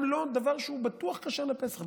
גם לא דבר שהוא בטוח כשר לפסח,